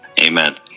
Amen